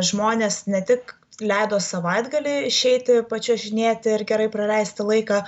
žmonės ne tik leido savaitgaliui išeiti pačiuožinėti ir gerai praleisti laiką